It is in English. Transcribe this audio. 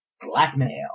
Blackmail